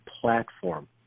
platform